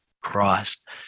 Christ